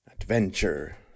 Adventure